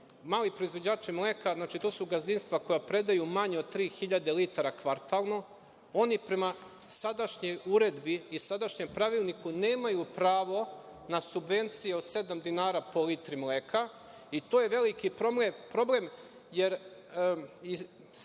Mali proizvođači mleka, znači, tu su gazdinstva koja predaju manje od tri hiljade litara kvartalno. Oni prema sadašnjoj Uredbi i sadašnjem Pravilniku nemaju pravo na subvencije od sedam dinara po litri mleka i to je veliki problem, jer vi